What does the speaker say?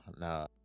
no